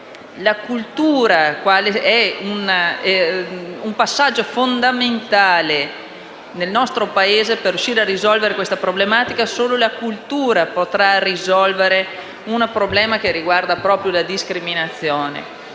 la cultura sia un passaggio fondamentale nel nostro Paese per riuscire a risolvere questa problematica. Solo la cultura potrà risolvere un problema che riguarda proprio la discriminazione